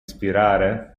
ispirare